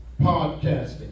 podcasting